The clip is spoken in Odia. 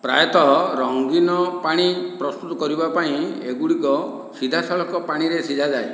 ପ୍ରାୟତଃ ରଙ୍ଗୀନ ପାଣି ପ୍ରସ୍ତୁତ କରିବା ପାଇଁ ଏଗୁଡ଼ିକ ସିଧାସଳଖ ପାଣିରେ ସିଝାଯାଏ